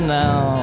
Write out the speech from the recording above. now